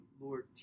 Lord